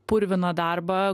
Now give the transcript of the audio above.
purviną darbą